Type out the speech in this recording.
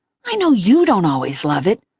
i know you don't always love it,